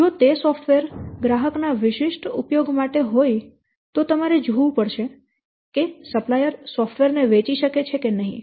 જો તે સોફ્ટવેર ગ્રાહક ના વિશિષ્ટ ઉપયોગ માટે હોય તો તમારે જોવું પડશે કે સપ્લાયર સોફ્ટવેર ને વેચી શકે છે કે નહીં